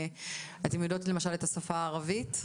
אתן יודעות למשל את השפה הערבית?